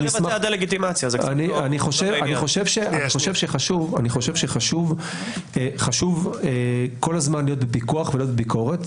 אני חושב שחשוב כל הזמן להיות בפיקוח ובביקורת,